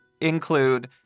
include